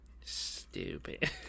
stupid